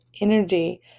energy